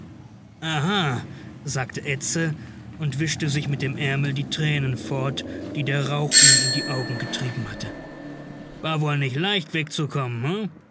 sagte edse und wischte sich mit dem ärmel die tränen fort die der rauch ihm in die augen getrieben hatte war woll nich leicht wegzukommen